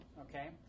okay